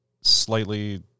slightly